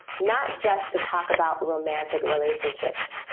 not just to talk about romantic relationships.